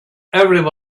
everyone